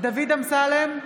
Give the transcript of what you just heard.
דוד אמסלם,